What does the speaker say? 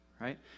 right